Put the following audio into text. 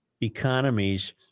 economies